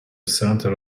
centre